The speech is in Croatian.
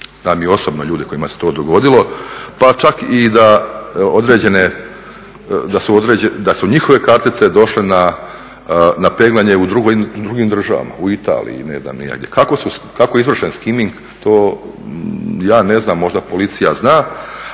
Znam i osobno ljude kojima se to dogodilo pa čak i da određene, da su njihove kartice došle na peglanje u drugim državama u Italiji i ne znam ni ja gdje. Kako je izvršen skiming to ja ne znam, možda policija zna.